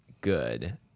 good